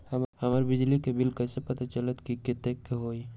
हमर बिजली के बिल कैसे पता चलतै की कतेइक के होई?